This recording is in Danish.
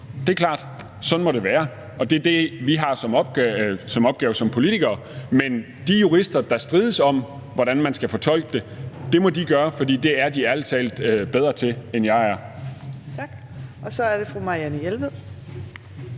Det er klart, sådan må det være. Det er det, vi har som opgave som politikere. Men de jurister, der strides om, hvordan man skal fortolke den, må gøre det, for det er de ærlig talt bedre til, end jeg er. Kl. 15:52 Fjerde næstformand (Trine